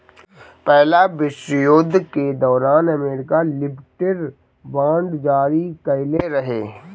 पहिला विश्व युद्ध के दौरान अमेरिका लिबर्टी बांड जारी कईले रहे